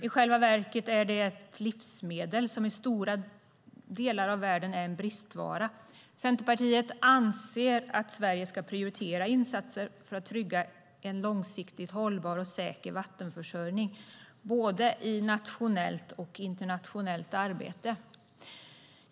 I själva verket är det ett livsmedel som i stora delar av världen är en bristvara. Centerpartiet anser att Sverige ska prioritera insatser för att trygga en långsiktigt hållbar och säker vattenförsörjning, både i nationellt och internationellt arbete.